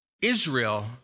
Israel